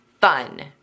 Fun